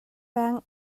peng